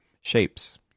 shapes